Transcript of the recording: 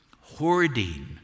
hoarding